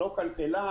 לא כלכלן,